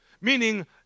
meaning